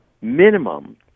minimum